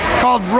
called